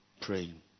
praying